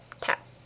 tap